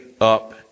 up